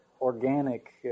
organic